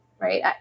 right